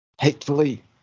hatefully